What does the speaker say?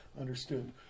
understood